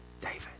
David